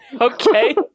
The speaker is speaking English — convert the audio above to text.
okay